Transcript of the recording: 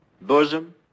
Bosom